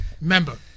Remember